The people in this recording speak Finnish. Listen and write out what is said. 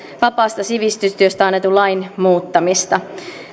vapaasta sivistystyöstä annetun lain muuttamista